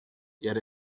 yet